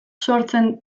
sortzen